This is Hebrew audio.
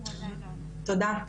תודה.